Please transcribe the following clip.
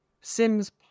Sim's